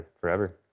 forever